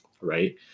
right